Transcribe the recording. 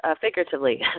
figuratively